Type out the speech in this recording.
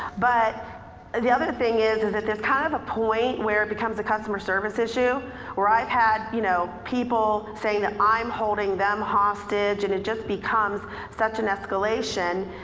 but the other thing is is if there's kind of a point where it becomes a customer service issue where i've had, you know, people saying that i'm holding them hostage and it just becomes such an escalation.